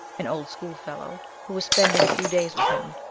an old school-fellow, who was spending a few days with him,